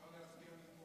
ההצעה להעביר את הנושא